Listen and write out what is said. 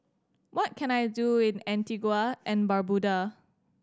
what can I do in Antigua and Barbuda